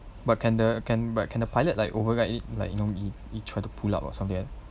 but can the can but can the pilot like override it like you know he he try to pull up or something like